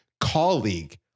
colleague